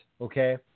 okay